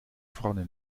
vorne